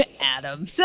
Adam